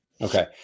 okay